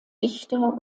dichter